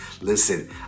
Listen